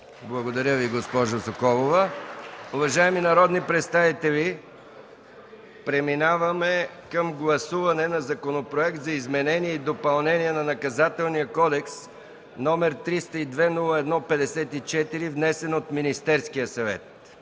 Благодаря Ви, госпожо Соколова. Уважаеми народни представители, преминаваме към гласуване на Законопроекта за изменение и допълнение на Наказателния кодекс, № 302-01-54, внесен от Министерския съвет.